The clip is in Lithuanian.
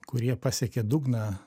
kurie pasiekė dugną